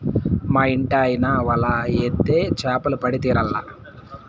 మా ఇంటాయన వల ఏత్తే చేపలు పడి తీరాల్ల